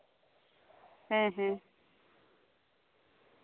ᱦᱮᱸ ᱦᱮᱸ